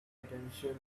attention